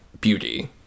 beauty